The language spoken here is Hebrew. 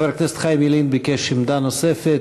חבר הכנסת חיים ילין ביקש עמדה נוספת.